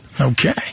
Okay